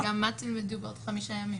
וגם מה תלמדו בעוד חמישה ימים?